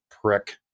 prick